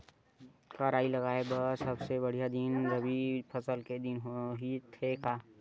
का राई लगाय बर सबले बढ़िया दिन रबी फसल के दिन होथे का?